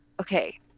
Okay